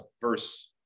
verse